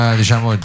diciamo